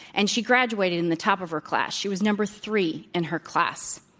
and she graduated in the top of her class. she was number three in her class.